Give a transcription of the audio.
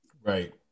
Right